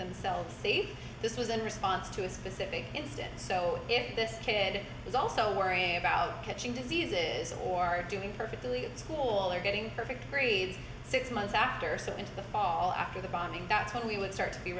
themselves safe this was in response to a specific incident so if this kid is also worried about catching diseases or doing perfectly school or getting perfect grades six months after so in the fall after the bombing that's when we would start to be